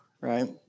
right